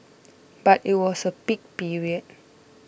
but it was a peak period